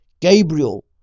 Gabriel